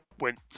went